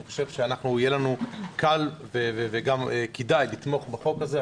אני חושב שיהיה לנו קל וכדאי לתמוך בחוק הזה,